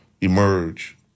emerge